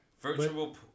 Virtual